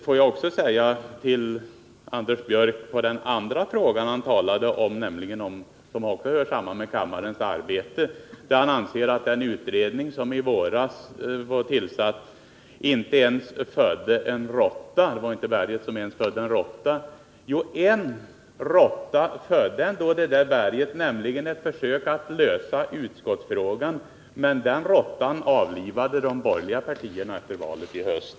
Får jag också svara Anders Björck på den andra frågan, som hör samman med kammarens arbete och där han anser att den utredning som i våras tillsattes var berget som inte ens födde en råtta: Jo, en råtta födde ändå det där berget, nämligen ett försök att lösa utskottsfrågan. Men den råttan avlivade de borgerliga partierna efter valet i höst.